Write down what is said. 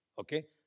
Okay